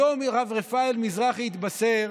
היום הרב רפאל מזרחי התבשר